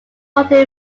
water